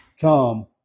come